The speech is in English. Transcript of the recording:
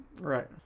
Right